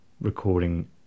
recording